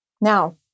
Now